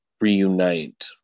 reunite